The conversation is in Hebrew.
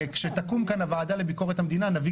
כשתקום הוועדה לביקורת המדינה נביא